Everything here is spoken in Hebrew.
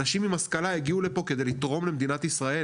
אנשים עם השכלה הגיעו לפה כדי לתרום למדינת ישראל,